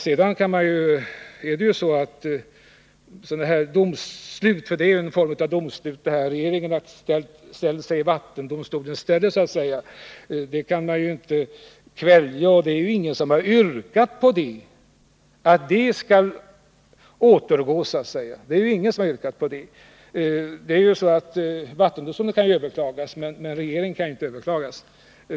Sådana här domslut — för det här är ett slags domslut: regeringen sätter sig så att säga i vattendomstolens ställe — kan man inte kvälja, och det är inte heller någon som har yrkat på att domslutet skall återgå. Vattendomstolens beslut kan överklagas, men regeringens kan inte överklagas.